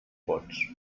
pots